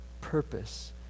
purpose